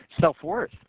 self-worth